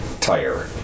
tire